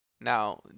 Now